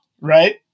right